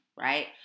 right